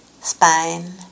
spine